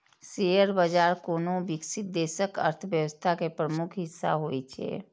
share बाजार कोनो विकसित देशक अर्थव्यवस्था के प्रमुख हिस्सा होइ छै